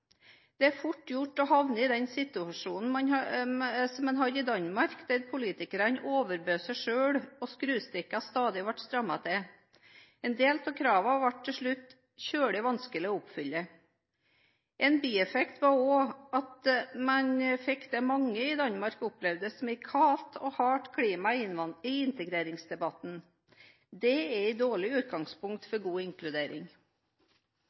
Det er fort gjort å havne i den situasjonen man hadde i Danmark, der politikerne overbød seg selv og skruestikka stadig ble strammet til. En del av kravene ble til slutt veldig vanskelig å oppfylle. En bieffekt var også at man fikk det mange i Danmark opplevde som et kaldt og hardt klima i integreringsdebatten. Det er et dårlig utgangspunkt for god inkludering.